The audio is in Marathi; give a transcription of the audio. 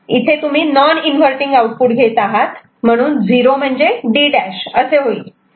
आणि इथे तुम्ही नॉन इन्व्हर्टटिंग आउटपुट घेत आहात म्हणून 0 म्हणजे D' असे होईल